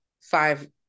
five